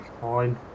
Fine